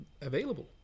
available